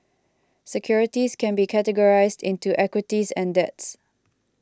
securities can be categorized into equities and debts